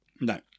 No